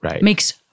makes